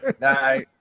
No